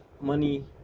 money